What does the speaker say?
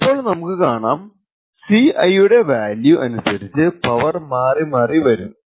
ഇപ്പോൾ നമുക്ക് കാണാം Ci യുടെ വാല്യൂ അനുസരിച്ചു പവർ മാറിമാറി വരും